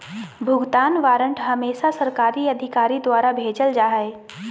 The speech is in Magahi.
भुगतान वारन्ट हमेसा सरकारी अधिकारी द्वारा भेजल जा हय